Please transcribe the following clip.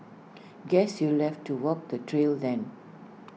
guess you'll left to walk the trail then